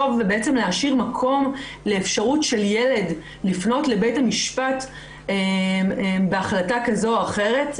מקום לאפשרות של ילד לפנות לבית המשפט בהחלטה כזו או אחרת,